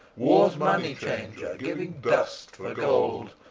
war's money-changer, giving dust for gold,